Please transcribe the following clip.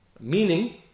Meaning